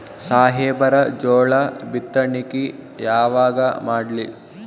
ಸಾಹೇಬರ ಜೋಳ ಬಿತ್ತಣಿಕಿ ಯಾವಾಗ ಮಾಡ್ಲಿ?